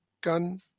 gun